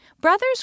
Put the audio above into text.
Brothers